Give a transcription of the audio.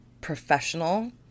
professional